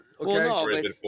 Okay